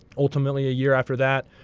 ultimately, a year after that,